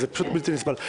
גם במהלכו וגם בסופו,